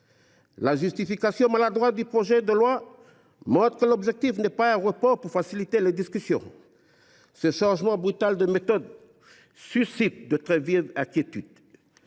La justification maladroite du projet de loi montre que l’objectif du report n’est pas de faciliter les discussions. Ce changement brutal de méthode suscite de très vives inquiétudes.